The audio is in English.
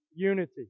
Unity